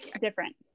different